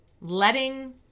Letting